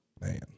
Man